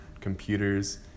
computers